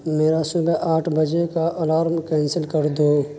میرا صبح آٹھ بجے کا الارم کینسل کر دو